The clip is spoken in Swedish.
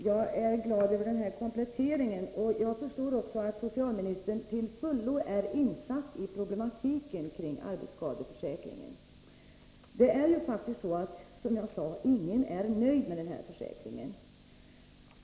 Fru talman! Jag är glad över kompletteringen, och jag förstår också att socialministern till fullo är insatt i problematiken kring arbetsskadeförsäkringen. Som jag sade är faktiskt ingen nöjd med den här försäkringen.